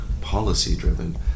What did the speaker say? policy-driven